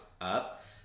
up